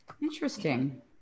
Interesting